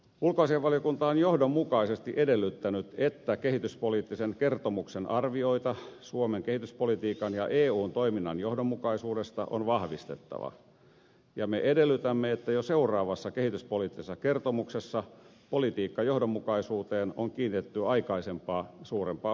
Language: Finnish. ulkoasiainvaliokunta on johdonmukaisesti edellyttänyt että kehityspoliittisen kertomuksen arvioita suomen kehityspolitiikan ja eun toiminnan johdonmukaisuudesta on vahvistettava ja me edellytämme että jo seuraavassa kehityspoliittisessa kertomuksessa politiikkajohdonmukaisuuteen on kiinnitetty aikaisempaa suurempaa huomiota